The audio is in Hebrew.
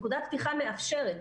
נקודת פתיחה מאפשרת.